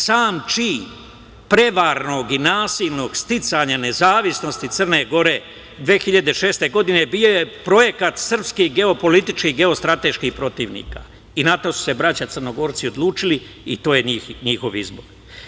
Sam čin prevratnog i nasilnog sticanja nezavisnosti Crne Gore 2006. godine bio je projekat srpskih geopolitičkih i geostrateških protivnika i na to su se braća Crnogorci odlučili i to je njihov izbor.